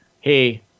hey